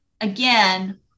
again